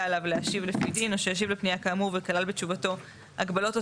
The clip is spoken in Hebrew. עליו להשיב לפי דין או שהשיב לפנייה כאמור וכלל בתשובתו הגבלות או